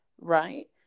right